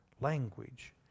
language